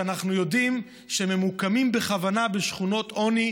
שאנחנו יודעים שהן ממוקמות בכוונה בשכונות עוני,